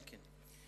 אלקין.